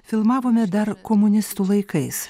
filmavome dar komunistų laikais